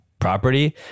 property